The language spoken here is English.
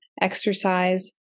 exercise